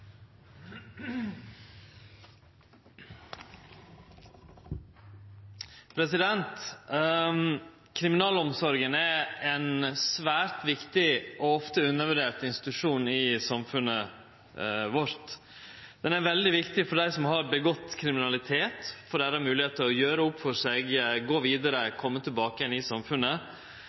ofte undervurdert institusjon i samfunnet vårt. Ho er veldig viktig for dei som har utført kriminalitet, for deira moglegheit til å gjere opp for seg, gå vidare og kome tilbake igjen til samfunnet.